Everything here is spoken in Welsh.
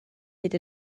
hyd